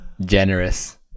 generous